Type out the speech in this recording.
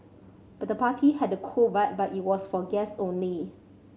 the party had a cool vibe but it was for guests only